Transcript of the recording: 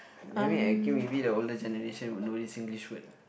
anyway ok maybe the older generation will know this Singlish word lah